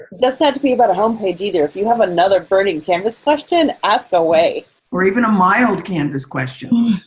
doesn't have to be about a home page either. if you have another burning canvas question, ask away. or even a mild canvas question. i